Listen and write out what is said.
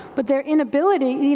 but their inability,